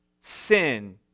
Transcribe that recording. sin